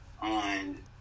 on